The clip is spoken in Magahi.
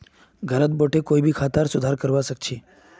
घरत बोठे कोई भी खातार सुधार करवा सख छि